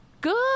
Good